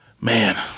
man